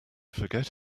forget